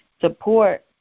support